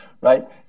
right